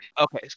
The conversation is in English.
okay